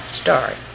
start